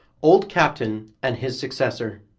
old captain and his successor